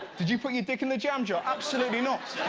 did you put your dick in the jam jar? absolutely not.